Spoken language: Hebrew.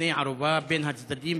לבני ערובה בין הצדדים,